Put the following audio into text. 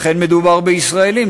לכן מדובר בישראלים,